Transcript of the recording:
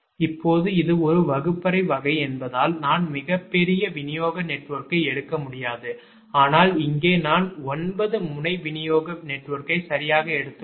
இப்போது இது ஒரு வகுப்பறை வகை என்பதால் நான் மிகப் பெரிய விநியோக நெட்வொர்க்கை எடுக்க முடியாது ஆனால் இங்கே நான் 9 முனை விநியோக நெட்வொர்க்கை சரியாக எடுத்துள்ளேன்